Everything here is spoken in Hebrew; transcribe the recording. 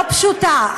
לא פשוטה.